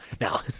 now